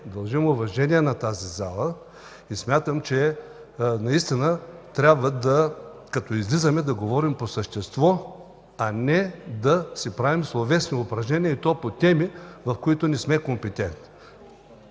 дължим уважение на тази зала и смятам, че наистина трябва, като излизаме, да говорим по същество, а не да си правим словесни упражнения и по теми, по които не сме компетентни.